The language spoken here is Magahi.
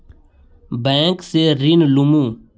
बैंक से ऋण लुमू?